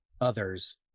others